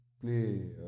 play